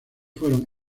fueron